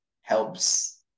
helps